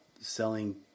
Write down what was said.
selling